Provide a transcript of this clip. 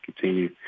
continue